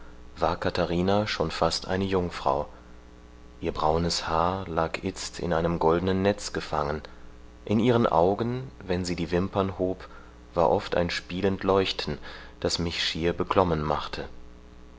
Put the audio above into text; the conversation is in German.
war katharina schon fast wie eine jungfrau ihr braunes haar lag itzt in einem goldnen netz gefangen in ihren augen wenn sie die wimpern hob war oft ein spielend leuchten das mich schier beklommen machte